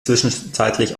zwischenzeitlich